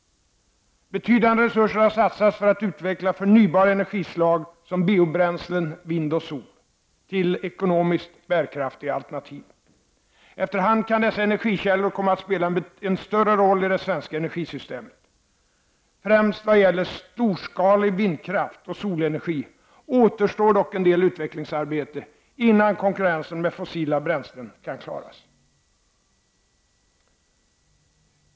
Betydande resurser har satsats för att utveckla förnybara energislag som biobränslen, vind och sol till ekonomiskt bärkraftiga alternativ. Efter hand kan dessa energikällor komma att spela en större roll i det svenska energisystemet. Främst vad gäller storskalig vindkraft och solenergi återstår dock en del utvecklingsarbete innan konkurrensen med fossila bränslen kan klaras.